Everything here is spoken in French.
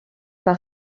par